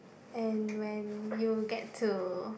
and when you get to